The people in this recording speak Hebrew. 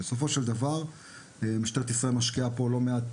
בסופו של דבר משטרת ישראל משקיעה פה לא מעט